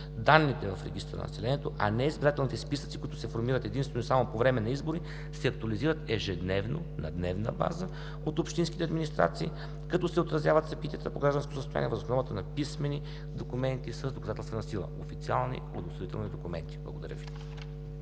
Данните в регистъра на населението, а не избирателните списъци, които се формират единствено и само по време на избори, се актуализират ежедневно на дневна база от общинските администрации, като се отразяват събитията по гражданско състояние въз основата на писмени документи с доказателствена сила – официални удостоверителни документи. Благодаря Ви.